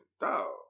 dog